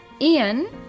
ian